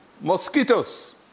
mosquitoes